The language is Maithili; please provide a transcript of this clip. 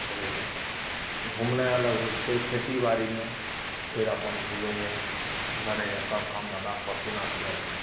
चलैए घुमनाइ अलग भेल फेर खेती बाड़ीमे फेर अपन बुलैए लड़ैए सब काम धन्धा पसीना चुएनाइ